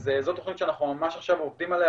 זו תכנית שאנחנו ממש עכשיו עובדים עליה